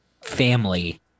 family